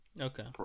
Okay